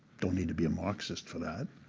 don't need to be a marxist for that,